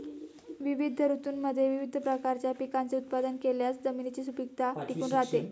विविध ऋतूंमध्ये विविध प्रकारच्या पिकांचे उत्पादन केल्यास जमिनीची सुपीकता टिकून राहते